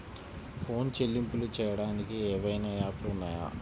Phone చెల్లింపులు చెయ్యటానికి ఏవైనా యాప్లు ఉన్నాయా?